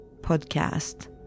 podcast